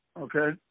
okay